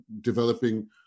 developing